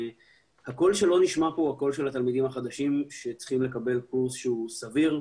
הקול שלא נשמע פה הוא הקול של התלמידים החדשים שצריכים לקבל קורס סביר.